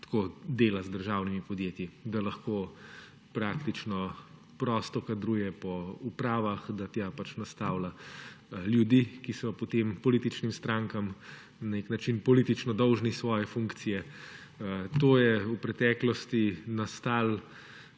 tako dela z državnimi podjetji, da lahko praktično prosto kadruje po upravah, da tja nastavlja ljudi, ki so potem političnim strankam na nek način politično dolžni svoje funkcije. To je v preteklosti nastalo